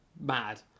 mad